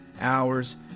hours